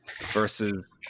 Versus